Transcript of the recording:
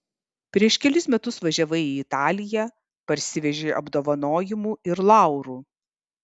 prieš kelis metus važiavai į italiją parsivežei apdovanojimų ir laurų